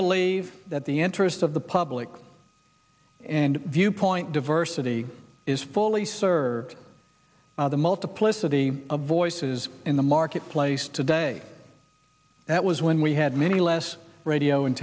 believe that the interest of the public and viewpoint diversity is fully served the multiplicity of voices in the marketplace today that was when we had many less radio and